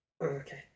Okay